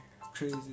crazy